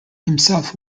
himself